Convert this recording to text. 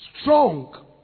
strong